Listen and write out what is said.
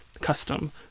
custom